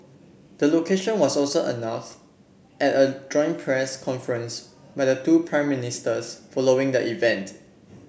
the location was also announced at a joint press conference by the two Prime Ministers following the event